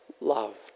loved